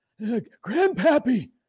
Grandpappy